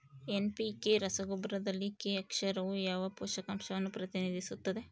NPK ರಸಗೊಬ್ಬರದಲ್ಲಿ K ಅಕ್ಷರವು ಯಾವ ಪೋಷಕಾಂಶವನ್ನು ಪ್ರತಿನಿಧಿಸುತ್ತದೆ?